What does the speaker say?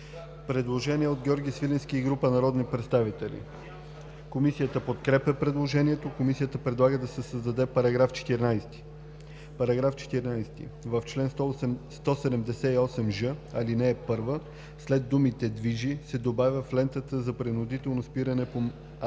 Предложение от Георги Свиленски и група народни представители. Комисията подкрепя предложението. Комисията предлага да се създаде § 14. „§ 14. В чл. 178ж, aл. 1 след думата „движи“ се добавя „в лентата за принудително спиране по